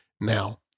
now